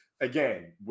again